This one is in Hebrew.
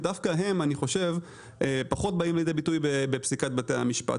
ודווקא הם פחות באים לידי ביטוי בפסיקת בתי המשפט.